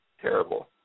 Terrible